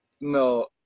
No